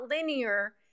linear